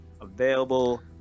available